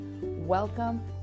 Welcome